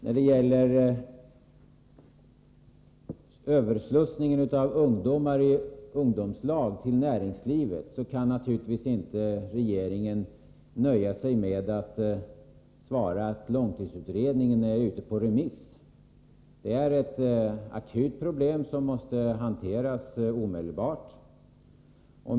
När det gäller överslussningen av ungdomar i ungdomslag till näringslivet kan naturligtvis inte regeringen nöja sig med att svara att långtidsutredningen är ute på remiss. Detta är ett akut problem som måste hanteras omedelbart.